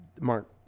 Mark